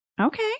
Okay